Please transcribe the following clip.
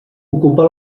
ocupa